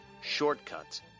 Shortcuts